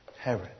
Herod